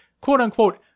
quote-unquote